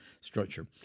structure